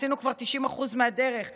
עשינו כבר 90% מהדרך כשפוזרנו,